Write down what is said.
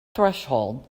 threshold